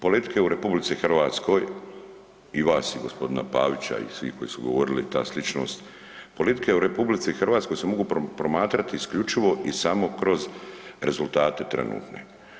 Politike u RH i vas i gospodina Pavića i svih koji su govorili ta sličnost, politike u RH se mogu promatrati isključivo i samo kroz rezultate trenutne.